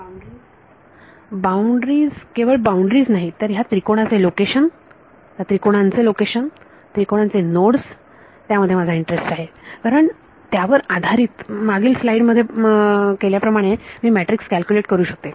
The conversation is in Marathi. विद्यार्थी बाउंड्रीज बाउंड्रीज केवळ बाउंड्रीज नाहीत तर ह्या त्रिकोणांचे लोकेशन त्या त्रिकोणांचे नोडस त्यामध्ये माझा इंटरेस्ट आहे कारण त्यावर आधारित मागील स्लाईड मध्ये केल्याप्रमाणे मी मॅट्रिक्स कॅल्क्युलेट करू शकते